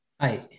Hi